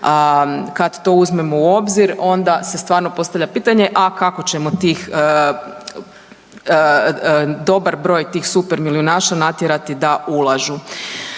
Kad to uzmemo u obzir onda se stvarno postavlja pitanje, a kako ćemo tih, dobar broj tih super milijunaša natjerati da ulažu.